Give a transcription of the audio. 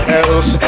else